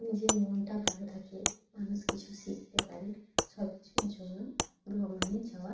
যে মনটা ভালো থাকে মানুষ কিছু শিখতে পারে সব কিছুর জন্য ভ্রমণে যাওয়ার